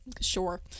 Sure